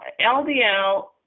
LDL